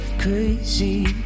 crazy